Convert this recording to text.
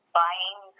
buying